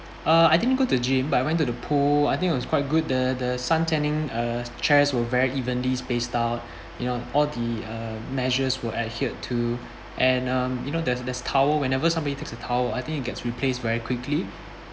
uh I didn't go to the gym but I went to the pool I think it was quite good the the suntanning uh chairs were very evenly spaced out you know all the uh measures were adhered to and um you know there's there's towel whenever somebody takes the towel I think it gets replaced very quickly